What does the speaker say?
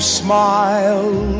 smile